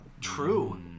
True